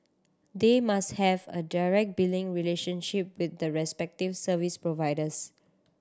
they must have a direct billing relationship with the respective service providers